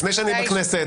לפני שאני בכנסת,